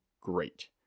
great